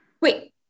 Wait